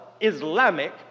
Islamic